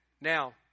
Now